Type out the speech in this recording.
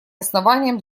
основанием